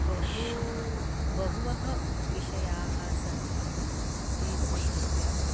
बहु बहवः विषयाः सन्ति ते स्वीकृत्य